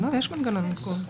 יש מנגנון עדכון.